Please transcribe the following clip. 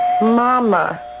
Mama